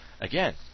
again